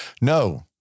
No